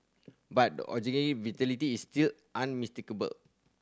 but the vitality is still unmistakable